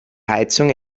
heizung